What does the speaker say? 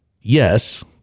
yes